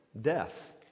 death